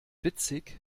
witzig